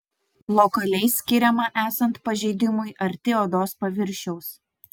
lokaliai skiriama esant pažeidimui arti odos paviršiaus